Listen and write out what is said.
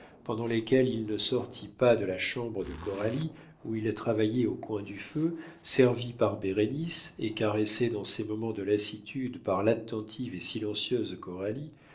pendant lesquels il ne sortit pas de la chambre de coralie où il travaillait au coin du feu servi par bérénice et caressé dans ses moments de lassitude par l'attentive et silencieuse